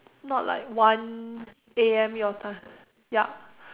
not like one A_M your time yup